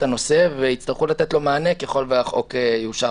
הנושא ויצטרכו לתת לו מענה ככל שהחוק יאושר.